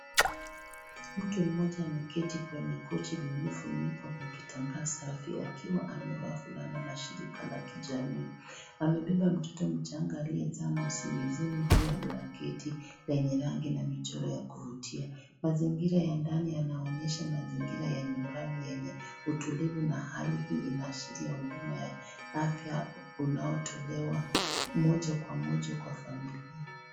Mtu mmoja amejetu kwenye kochi lililofunikwa kwa kitambaa safi pia akiwa amevaa fulana la Shiraka ya kijamii amebeba mtoto mcganga aliyezama usingizini juu ya blanketi yenye michoro ya kuvutia mazingira ya ndani yanaonyesha mazingira ya nyumbani yenye utulivu na hali hii inaonyesha huduma za afya unaitolewa moja kwa moja kwa familia.